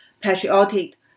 patriotic